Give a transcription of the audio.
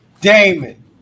Damon